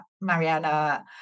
Mariana